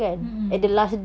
mmhmm